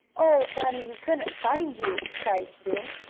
oh, bunny, we couldn't find you! cried sue.